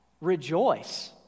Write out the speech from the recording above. Rejoice